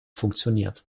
funktioniert